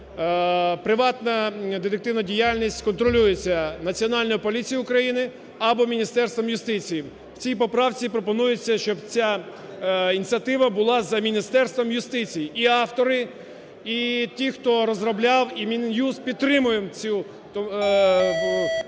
приватна детективна діяльність контролюється Національною поліцією України або Міністерством юстиції. В цій поправці пропонується, щоб ця ініціатива була за Міністерством юстиції. І автори, і ті, хто розробляв, і Мін'юст підтримуємо цю